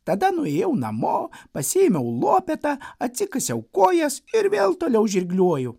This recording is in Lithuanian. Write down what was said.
tada nuėjau namo pasiėmiau lopetą atsikasiau kojas ir vėl toliau žirglioju